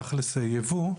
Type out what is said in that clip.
תכלס לייבוא.